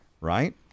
right